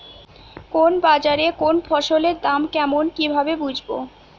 কোন বাজারে কোন ফসলের দাম কেমন কি ভাবে বুঝব?